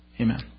Amen